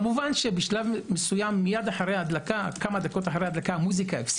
כמה דקות אחרי ההדלקה נפסקה